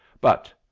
But